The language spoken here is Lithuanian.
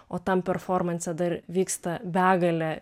o tam performanse dar vyksta begalė